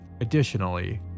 Additionally